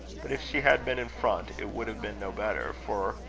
but if she had been in front it would have been no better for,